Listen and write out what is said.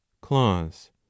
claws